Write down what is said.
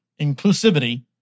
inclusivity